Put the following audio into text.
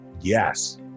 yes